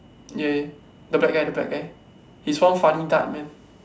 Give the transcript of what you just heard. ya the black guy the black guy he's one funny dark man